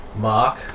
mark